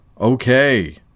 okay